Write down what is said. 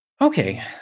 Okay